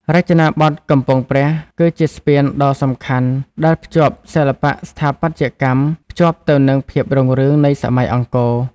រចនាបថកំពង់ព្រះគឺជាស្ពានដ៏សំខាន់ដែលភ្ជាប់សិល្បៈស្ថាបត្យកម្មភ្ជាប់ទៅនឹងភាពរុងរឿងនៃសម័យអង្គរ។